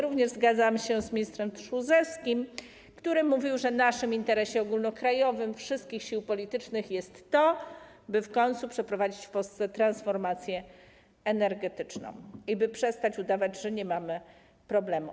Również zgadzam się z ministrem Tchórzewskim, który mówił, że w naszym interesie ogólnokrajowym, wszystkich sił politycznych jest to, by w końcu przeprowadzić w Polsce transformację energetyczną i by przestać udawać, że nie mamy problemu.